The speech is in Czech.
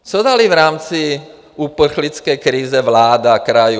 Co dala v rámci uprchlické krize vláda krajům?